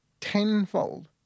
tenfold